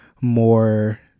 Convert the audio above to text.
more